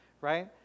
right